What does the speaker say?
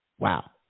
Wow